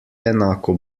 enako